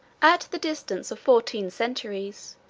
at the distance of fourteen centuries,